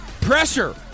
pressure